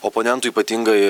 oponentų ypatingai